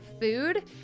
food